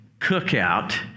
cookout